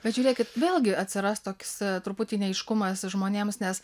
bet žiūrėkit vėlgi atsiras toks truputį neaiškumas žmonėms nes